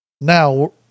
Now